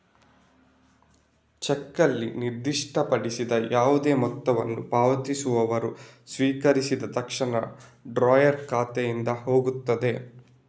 ಚೆಕ್ನಲ್ಲಿ ನಿರ್ದಿಷ್ಟಪಡಿಸಿದ ಯಾವುದೇ ಮೊತ್ತವನ್ನು ಪಾವತಿಸುವವರು ಸ್ವೀಕರಿಸಿದ ತಕ್ಷಣ ಡ್ರಾಯರ್ ಖಾತೆಯಿಂದ ಹೋಗ್ತದೆ